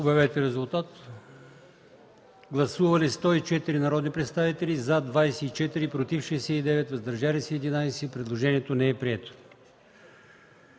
на гласуване. Гласували 84 народни представители: за 22, против 49, въздържали се 13. Предложението не е прието.